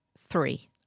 three